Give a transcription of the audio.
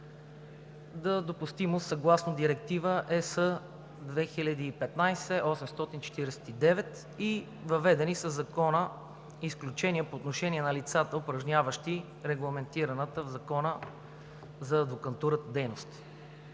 с допустимост съгласно Директива ЕС 2015/849 и въведени със Закона изключения по отношение на лицата, упражняващи регламентираната в Закона за адвокатурата дейност.